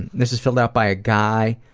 and this is filed out by a guy